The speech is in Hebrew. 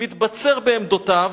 מתבצר בעמדותיו,